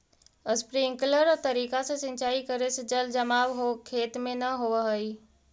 sprinkler तरीका से सिंचाई करे से जल जमाव खेत में न होवऽ हइ